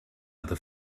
other